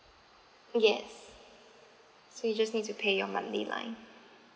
yes so you just need to pay your monthly line